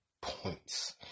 points